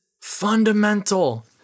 fundamental